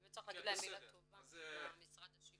באמת צריך להגיד להם מילה טובה, למשרד השיכון.